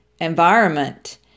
environment